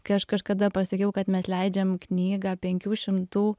kai aš kažkada pasakiau kad mes leidžiam knygą penkių šimtų